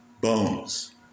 bones